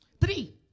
Three